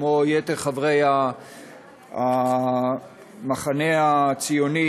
כמו יתר חברי המחנה הציוני,